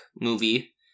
movie